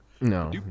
No